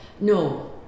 No